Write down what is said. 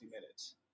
minutes